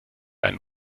einem